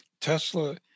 Tesla